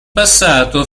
passato